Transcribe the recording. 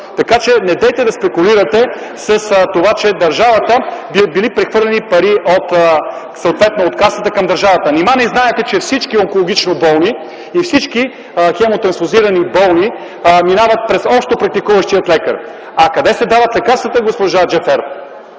Така че недейте да спекулирате с това, че били прехвърлени пари от Касата към държавата. Нима не знаете, че всички онкологично болни и всички хемотрансфузирани болни минават през общопрактикуващия лекар? А откъде се дават лекарствата, госпожо Джафер?